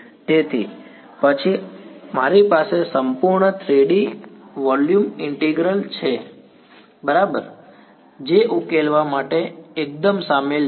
તેથી પછી મારી પાસે સંપૂર્ણ 3D વોલ્યુમ ઇન્ટિગ્રલ છે જે બરાબર ઉકેલવા માટે એકદમ સામેલ છે